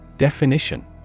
Definition